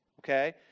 okay